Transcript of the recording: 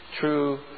true